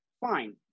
fine